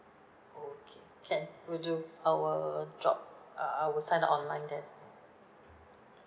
okay can will do I will drop uh I will sign up online then